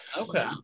Okay